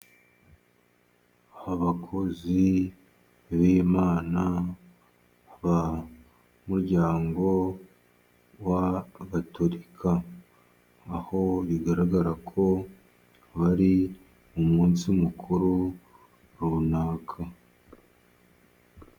Abakozi b'Imana b'umuryango w'abagatolika, aho bigaragara ko bari mu munsi mukuru runaka.